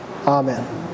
Amen